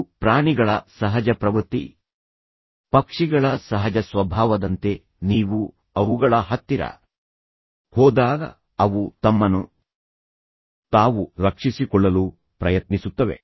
ಇದು ಪ್ರಾಣಿಗಳ ಸಹಜ ಪ್ರವೃತ್ತಿ ಪಕ್ಷಿಗಳ ಸಹಜ ಸ್ವಭಾವದಂತೆ ನೀವು ಅವುಗಳ ಹತ್ತಿರ ಹೋದಾಗ ಅವು ತಮ್ಮನ್ನು ತಾವು ರಕ್ಷಿಸಿಕೊಳ್ಳಲು ಪ್ರಯತ್ನಿಸುತ್ತವೆ